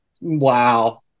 Wow